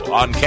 on